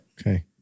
Okay